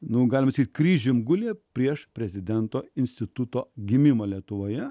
nu galima sakyti kryžiumi guli prieš prezidento instituto gimimą lietuvoje